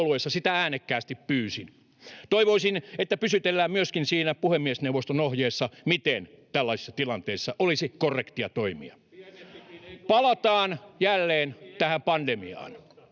äänekkäästi pyysin. Toivoisin, että pysytellään myöskin siinä puhemiesneuvoston ohjeessa, miten tällaisessa tilanteessa olisi korrektia toimia. [Jukka Gustafsson: Pienempikin